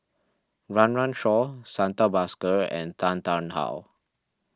Run Run Shaw Santha Bhaskar and Tan Tarn How